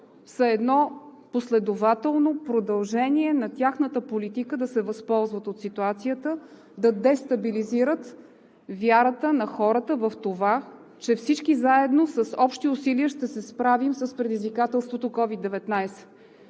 са едно последователно продължение на тяхната политика – да се възползват от ситуацията, да дестабилизират вярата на хората в това, че всички заедно с общи усилия ще се справим с предизвикателството COVID-19.